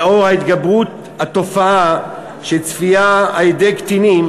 לאור התגברות התופעה של צפיית קטינים